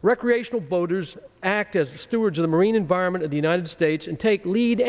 recreational boaters act as stewards of the marine environment of the united states and take lead